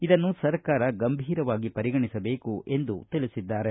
ಇದನ್ನು ಸರ್ಕಾರ ಗಂಭೀರವಾಗಿ ಪರಿಗಣಿಸಬೇಕು ಎಂದು ತಿಳಿಸಿದ್ದಾರೆ